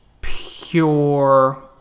pure